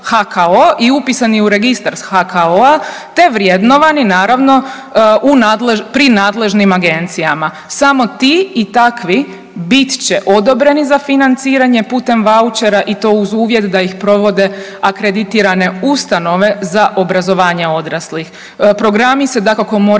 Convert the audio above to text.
HKO i upisani u registar HKO-a, te vrednovani naravno pri nadležnim agencijama. Samo ti i takvi bit će odobreni za financiranje putem vouchera i to uz uvjet da ih provode akreditirane ustanove za obrazovanje odraslih. Programi se dakako moraju